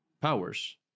powers